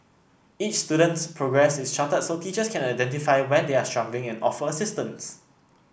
each student's progress is charted so teachers can identify where they are struggling and offer assistance